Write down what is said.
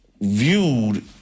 viewed